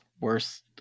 Worst